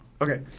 Okay